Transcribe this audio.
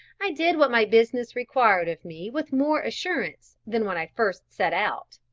i did what my business required of me with more assurance than when i first set out.